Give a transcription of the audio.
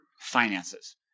finances